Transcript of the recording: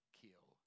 kill